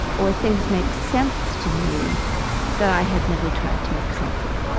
or things make sense to me that i had never tried to make sense of